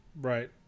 Right